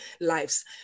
lives